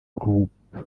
group